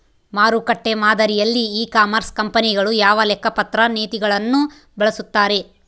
ಮಾರುಕಟ್ಟೆ ಮಾದರಿಯಲ್ಲಿ e commerce ಕಂಪನಿಗಳು ಯಾವ ಲೆಕ್ಕಪತ್ರ ನೇತಿಗಳನ್ನು ಬಳಸುತ್ತಾರೆ?